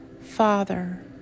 Father